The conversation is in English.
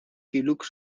look